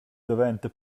daventa